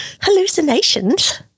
Hallucinations